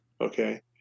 Okay